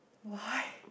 why